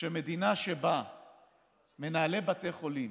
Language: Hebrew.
שמדינה שבה מנהלי בתי חולים